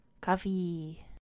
Coffee